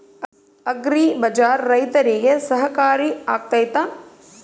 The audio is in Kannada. ಅಗ್ರಿ ಬಜಾರ್ ರೈತರಿಗೆ ಸಹಕಾರಿ ಆಗ್ತೈತಾ?